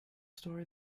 story